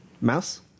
Mouse